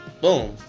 Boom